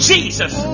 Jesus